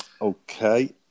Okay